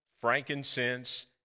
frankincense